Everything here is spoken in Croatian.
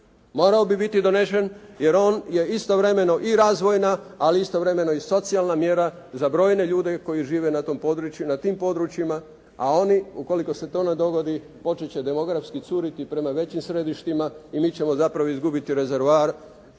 Morao bi biti donešen jer on je istovremeno i razvojna ali istovremeno i socijalna mjera za brojne ljude koji žive na tom području i na tim područjima a oni ukoliko se to ne dogodi počet će demografski curiti prema većim središtima i mi ćemo zapravo izgubiti rezervoar